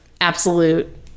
absolute